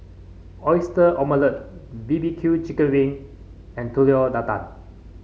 Oyster Omelette B B Q chicken wing and Telur Dadah